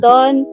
Don